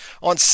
on